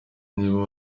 niba